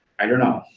i don't know.